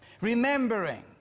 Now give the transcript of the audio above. remembering